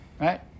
Right